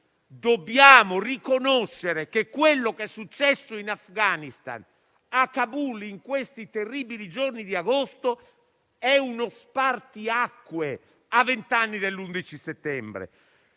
dobbiamo riconoscere che quello che è successo in Afghanistan, a Kabul, in quei terribili giorni di agosto, è uno spartiacque a vent'anni dall'11 settembre.